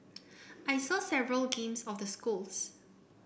I saw several games of the schools